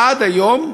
עד היום,